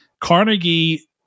Carnegie